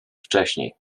wcześniej